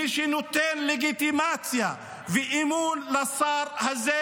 מי שנותן לגיטימציה ואמון לשר הזה,